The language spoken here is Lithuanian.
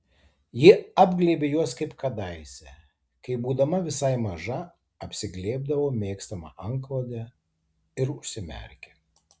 ji apglėbė juos kaip kadaise kai būdama visai maža apsiglėbdavo mėgstamą antklodę ir užsimerkė